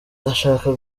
ndashaka